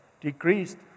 decreased